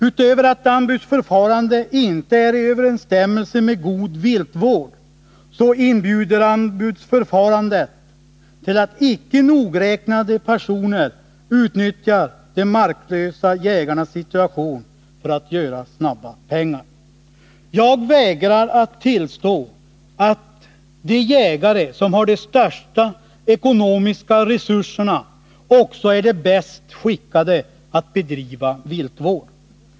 Utöver att anbudsförfarandet inte är i överensstämmelse med god viltvård, inbjuder anbudsförfarandet till att icke nogräknade personer utnyttjar de marklösa jägarnas situation för att göra snabba pengar. Jag vägrar att tillstå att de jägare som har de största ekonomiska resurserna också är de bäst skickade att bedriva viltvård.